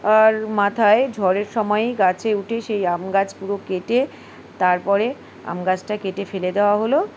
আর মাথায় ঝড়ের সময়ই গাছে উঠে সেই আম গাছ পুরো কেটে তারপরে আম গাছটা কেটে ফেলে দেওয়া হলো